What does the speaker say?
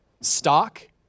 stock